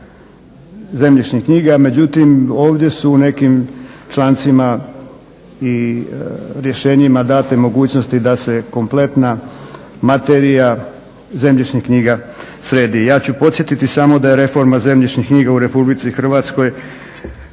zemljišnih knjiga. Međutim ovdje su u nekim člancima i rješenjima date mogućnosti da se kompletna materija zemljišnih knjiga sredi. Ja ću podsjetiti samo da je reforma zemljišnih knjiga u RH provođena